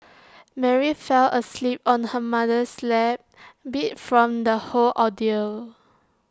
Mary fell asleep on her mother's lap beat from the whole ordeal